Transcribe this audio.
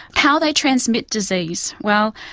how they transmit disease, well,